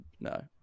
No